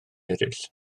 eraill